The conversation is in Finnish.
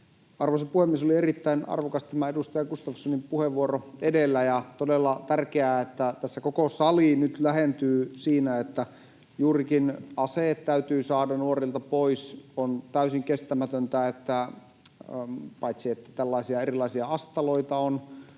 Arvoisa puhemies! Oli erittäin arvokas tämä edustaja Gustafssonin puheenvuoro edellä, ja todella tärkeää, että tässä koko sali nyt lähentyy siinä, että juurikin aseet täytyy saada nuorilta pois. On täysin kestämätöntä, että paitsi tällaisia erilaisia astaloita on